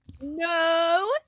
No